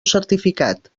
certificat